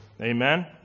Amen